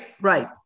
right